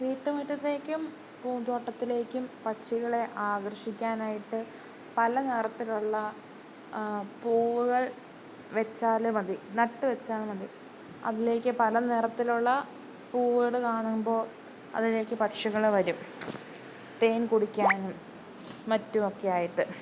വീട്ടുമുറ്റത്തേക്കും പൂന്തോട്ടത്തിലേക്കും പക്ഷികളെ ആകർഷിക്കാനായിട്ട് പല നിറത്തിലുള്ള പൂവുകൾ വച്ചാല് മതി നട്ടുവച്ചാല് മതി അതിലേക്കു പല നിറത്തിലുള്ള പൂവുകള് കാണുമ്പോള് അതിലേക്കു പക്ഷികള് വരും തേൻ കുടിക്കാനും മറ്റുമൊക്കെയായിട്ട്